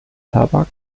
tabak